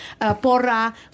porra